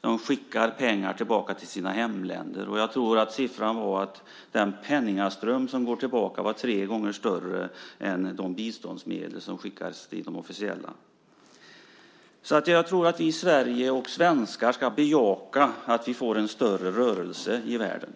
De skickar pengar tillbaka till sina hemländer - jag tror att siffran var att den penningström som går tillbaka är tre gånger större än de officiella biståndsmedel som skickas dit. Jag tror att vi i Sverige och vi svenskar ska bejaka att vi får en större rörelse i världen.